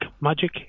magic